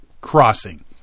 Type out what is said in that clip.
crossing